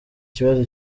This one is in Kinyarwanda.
kibazo